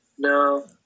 No